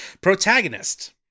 Protagonist